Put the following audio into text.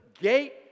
gate